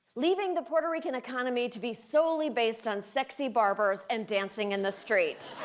leaving the puerto rican economy to be solely based on sexy barbers and dancing in the street.